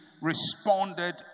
responded